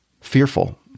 fearful